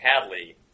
Hadley